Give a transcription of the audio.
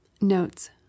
NOTES